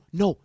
no